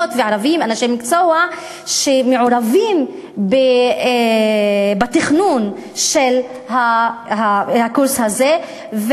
וערבים שהיו מעורבים בתכנון של הקורס הזה.